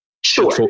Sure